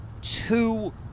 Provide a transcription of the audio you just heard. two